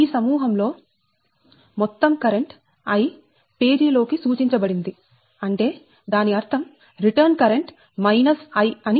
ఈ సమూహం లో మొత్తం కరెంట్ I పేజీ లో కి సూచించబడింది అంటే దాని అర్థం రిటర్న్ కరెంట్ I అని